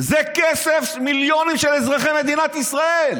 זה כסף, מיליונים, של אזרחי מדינת ישראל.